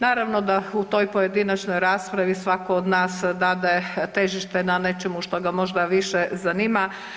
Naravno da u toj pojedinačnoj raspravi svatko od nas dade težište na nečemu što ga možda više zanima.